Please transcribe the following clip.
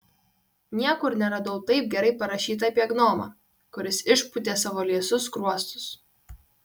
niekur neradau taip gerai parašyta apie gnomą kuris išpūtė savo liesus skruostus